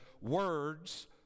words